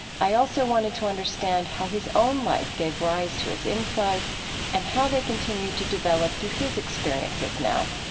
i also wanted to understand how his own life gave rise to his insights and how they continue to develop through his experiences now.